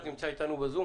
אנחנו מסכימים עם הנושא.